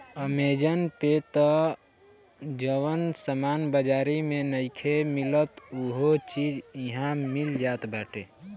Amazon पे तअ जवन सामान बाजारी में नइखे मिलत उहो चीज इहा मिल जात बाटे